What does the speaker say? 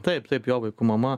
taip taip jo vaikų mama